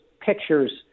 pictures